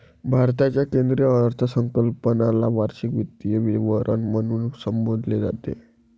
भारताच्या केंद्रीय अर्थसंकल्पाला वार्षिक वित्तीय विवरण म्हणून संबोधले जाते